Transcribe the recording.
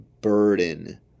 burden